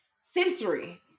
sensory